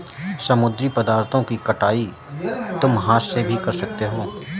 समुद्री पदार्थों की कटाई तुम हाथ से भी कर सकते हो